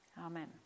Amen